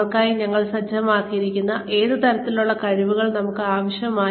അവർക്കായി ഞങ്ങൾ സജ്ജമാക്കിയിരിക്കുന്ന ലക്ഷ്യങ്ങൾ കൈവരിക്കുന്നതിന് ഏത് തരത്തിലുള്ള കഴിവുകളാണ് നമുക്ക് ആവശ്യം